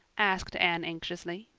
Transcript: asked anne anxiously.